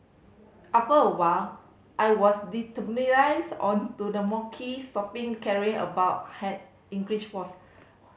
after a while I was desensitised on to the mockery stopping caring about English was